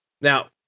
Now